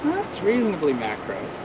reasonably macro.